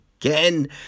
again